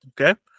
Okay